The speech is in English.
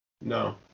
No